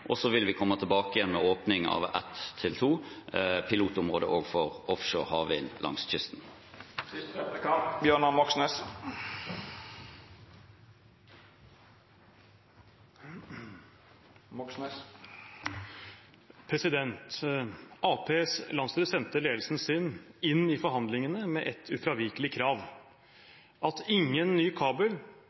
og så vil vi komme tilbake igjen med åpning av ett til to pilotområder for offshore havvind langs kysten. Arbeiderpartiets landsstyre sendte ledelsen sin inn i forhandlingene med ett ufravikelig krav: at ingen ny